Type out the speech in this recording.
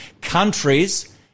countries